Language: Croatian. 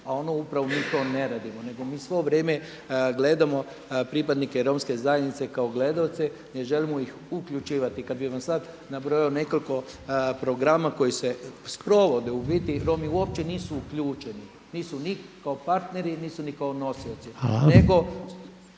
a ono upravo mi to ne radimo, nego mi svo vrijeme gledamo pripadnike romske zajednice kao gledaoce, ne želimo ih uključivati. Kad bih vam sad nabrojao nekoliko programa koji se sprovode, u biti Romi uopće nisu uključeni, nisu ni kao partneri, nisu ni kao nosioci